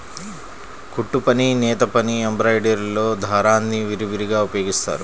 కుట్టుపని, నేతపని, ఎంబ్రాయిడరీలో దారాల్ని విరివిగా ఉపయోగిస్తారు